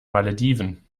malediven